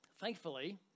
Thankfully